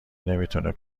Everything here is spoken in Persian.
نمیتونه